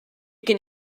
can